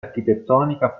architettonica